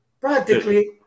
Practically